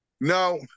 No